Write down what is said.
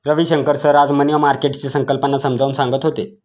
Ravishankar sir आज money मार्केटची संकल्पना समजावून सांगत होते